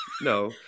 No